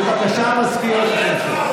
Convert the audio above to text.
בבקשה, מזכיר הכנסת.